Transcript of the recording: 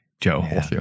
Joe